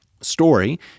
story